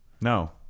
No